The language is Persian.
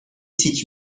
تیک